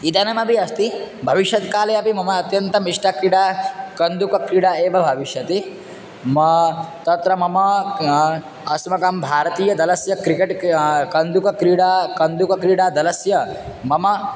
इदानीमपि अस्ति भविष्यत्काले अपि मम अत्यन्तम् इष्टक्रीडा कन्दुक क्रीडा एव भविष्यति म तत्र मम अस्माकं भारतीयदलस्य क्रिकेट् का कन्दुकक्रीडा कन्दुकक्रीडा दलस्य मम